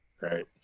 right